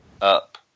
Up